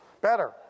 better